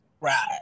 right